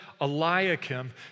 Eliakim